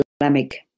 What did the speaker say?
Islamic